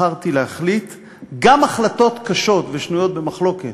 בחרתי להחליט גם החלטות קשות ושנויות במחלוקת,